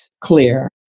clear